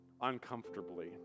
uncomfortably